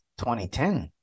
2010